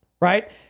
right